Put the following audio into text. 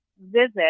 visit